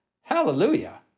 Hallelujah